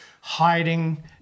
hiding